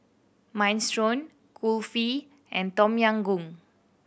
Minestrone Kulfi and Tom Yam Goong